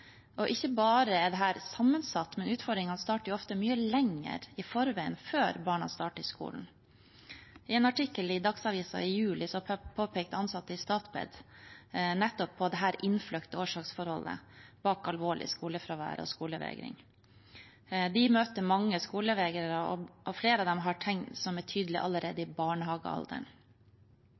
ikke bare sammensatt, men utfordringene starter ofte mye lenger i forveien, før barna starter i skolen. I en artikkel i Dagsavisen i juli påpekte ansatte i Statped nettopp dette innfløkte årsaksforholdet bak alvorlig skolefravær og skolevegring. De møter mange skolevegrere, og flere av dem har tegn som er tydelige allerede i barnehagealderen.